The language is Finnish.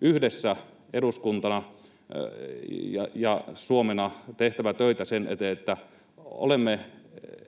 yhdessä eduskuntana ja Suomena tehtävä töitä sen eteen, että olemme